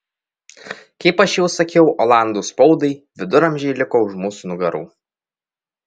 kaip aš jau sakiau olandų spaudai viduramžiai liko už mūsų nugarų